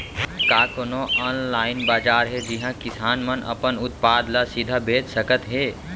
का कोनो अनलाइन बाजार हे जिहा किसान मन अपन उत्पाद ला सीधा बेच सकत हे?